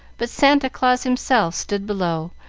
but santa claus himself stood below,